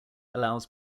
allows